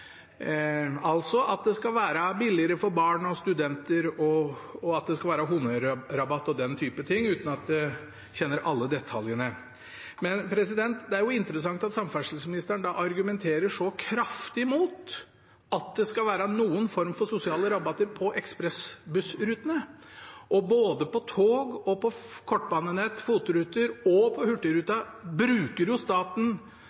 altså at det skal være billigere for barn og studenter, honnørrabatt og den typen ting, uten at jeg kjenner alle detaljene. Det er interessant at samferdselsministeren da argumenterer så kraftig mot at det skal være noen form for sosiale rabatter på ekspressbussrutene. Både på tog, på kortbanenett, på FOT-ruter og på Hurtigruten bruker staten til dels store beløp på